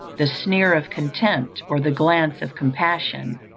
the sneer of contempt, or the glance of compassion,